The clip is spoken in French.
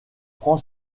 prend